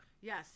yes